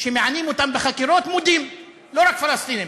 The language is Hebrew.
שמענים אותם בחקירות מודים, לא רק פלסטינים.